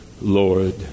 Lord